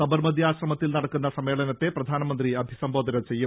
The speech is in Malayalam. സബർമതി ആശ്രമത്തിൽ നടക്കുന്ന സമ്മേളനത്തെ പ്രധാനമന്ത്രി അഭിസംബോധന ചെയ്യും